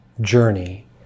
journey